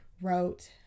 wrote